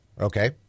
Okay